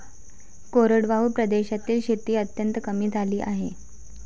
कोरडवाहू प्रदेशातील शेती अत्यंत कमी झाली आहे